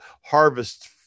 harvest